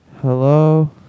Hello